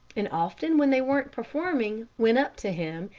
and often when they weren't performing went up to him,